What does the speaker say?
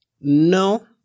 No